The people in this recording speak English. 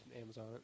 Amazon